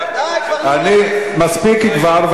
די, כבר, מספיק כבר.